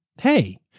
hey